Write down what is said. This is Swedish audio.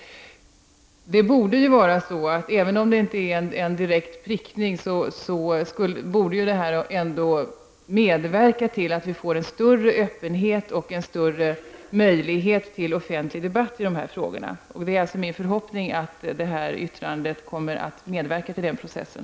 Det borde, även om det inte är en direkt prickning, ändå medverka till att vi får en större öppenhet och en större möjlighet till offentlig debatt i dessa frågor. Det är alltså min förhoppning att det här yttrandet kommer att medverka till den processen.